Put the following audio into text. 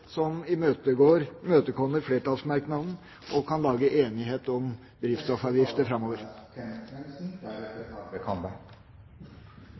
drivstoffavgifter som imøtekommer flertallsmerknaden og kan gi enighet om drivstoffavgifter framover.